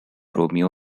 romeo